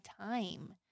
time